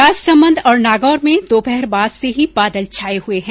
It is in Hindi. राजसमंद और नागौर में दोपहर बाद से ही बादल छाये हुए हैं